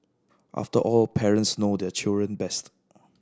after all parents know their children best